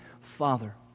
father